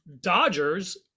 dodgers